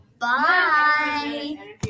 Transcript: Bye